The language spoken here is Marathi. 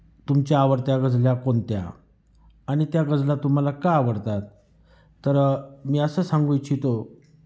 तुमच्या आवडत्या गजला कोणत्या आणि त्या गजला तुम्हाला का आवडतात तर मी असं सांगू इच्छितो